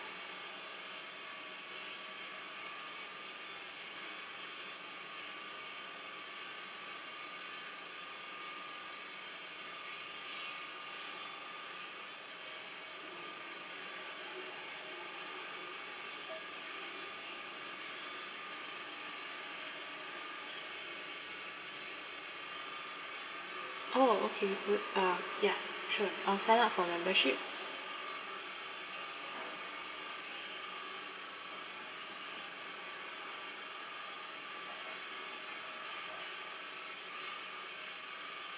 oh okay good uh ya sure I'll sign up for membership